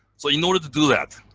so in order to do that,